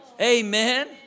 Amen